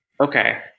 okay